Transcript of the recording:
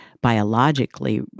biologically